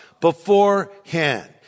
beforehand